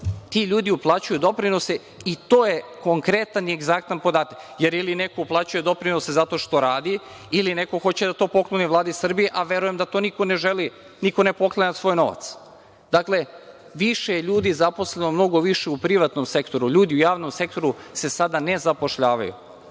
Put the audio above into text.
Ti ljudi uplaćuju doprinose i to je konkretan i egzaktan podatak, jer ili neko uplaćuje doprinose zato što radi ili neko hoće da to pokloni Vladi Srbije, a verujem da to niko ne želi, niko ne poklanja svoj novac. Dakle, više ljudi zaposleno, mnogo više u privatnom sektoru. LJudi u javnom sektoru se sada ne zapošljavaju.